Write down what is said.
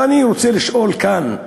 ואני רוצה לשאול כאן.